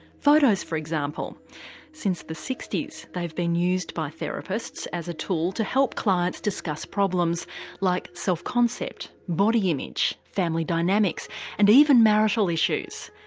photos for example since the sixty s they've been used by therapists as a tool to help clients discuss problems like self-concept, body image, family dynamics and even marital issues.